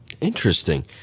Interesting